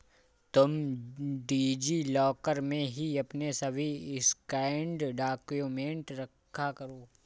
तुम DigiLocker में ही अपने सभी स्कैंड डाक्यूमेंट रखा करो